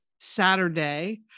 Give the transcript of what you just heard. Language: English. Saturday